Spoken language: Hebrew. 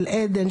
של עדן,